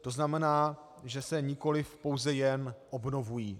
To znamená, že se nikoli pouze jen obnovují.